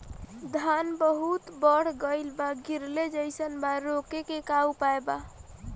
धान बहुत बढ़ गईल बा गिरले जईसन बा रोके क का उपाय बा?